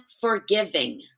forgiving